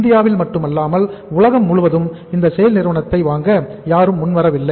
இந்தியாவில் மட்டுமல்லாமல் உலகம் முழுவதும் இந்த SAIL நிறுவனத்தை வாங்க யாரும் முன்வரவில்லை